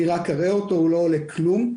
אני רק אראה אותו, הוא לא עולה כלום,